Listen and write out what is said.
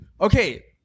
Okay